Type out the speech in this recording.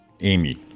Amy